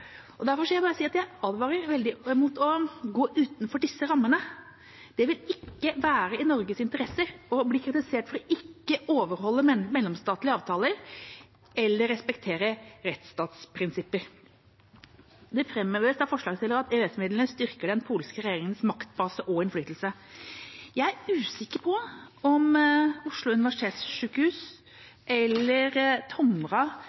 Derfor vil jeg bare si at jeg advarer veldig mot å gå utenfor disse rammene. Det vil ikke være i Norges interesse å bli kritisert for ikke å overholde mellomstatlige avtaler eller respektere rettsstatsprinsipper. Det fremheves av forslagsstillerne at EØS-midlene styrker den polske regjeringas maktbase og innflytelse. Jeg er usikker på om Oslo universitetssykehus eller Tomra